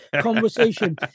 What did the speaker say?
conversation